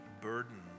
burden